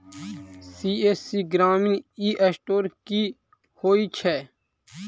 CSC Grameen e store की होइ छै?